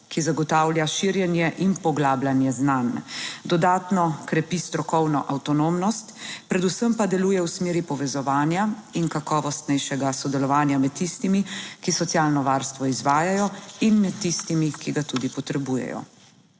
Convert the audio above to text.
ki zagotavlja širjenje in poglabljanje znanj, dodatno krepi strokovno avtonomnost, predvsem pa deluje v smeri povezovanja in kakovostnejšega sodelovanja med tistimi, ki socialno varstvo izvajajo in med tistimi, ki ga tudi potrebujejo.